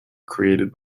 created